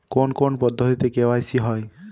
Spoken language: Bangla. কোন কোন পদ্ধতিতে কে.ওয়াই.সি হয়?